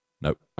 Nope